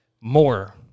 more